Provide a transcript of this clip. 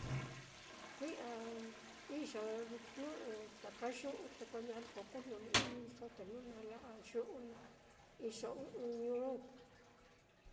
Kui'a iyo jnu'u taka yu'u, te ko ñaliko kujnuni-iniso jnu nala'a yu'u iyo ɨ́ɨ́n ɨ́ɨ́n ñuu.